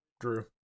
Drew